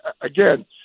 Again